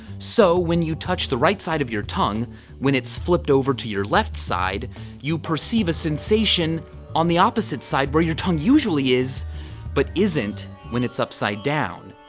so, when you touch the right side of your tongue when it's flipped over to your left side you perceive a sensation on the opposite side, where your tongue usually is but isn't when it's upside down.